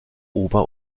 ober